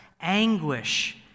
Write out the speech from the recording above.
anguish